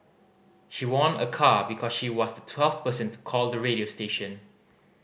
she won a car because she was the twelfth person to call the radio station